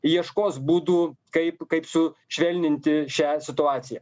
ieškos būdų kaip kaip su švelninti šią situaciją